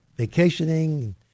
vacationing